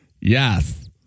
Yes